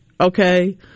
okay